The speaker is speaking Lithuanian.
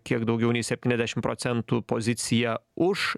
kiek daugiau nei septyniasdešim procentų poziciją už